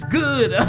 good